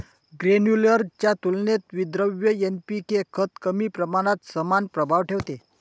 granular च्या तुलनेत विद्रव्य एन.पी.के खत कमी प्रमाणात समान प्रभाव ठेवते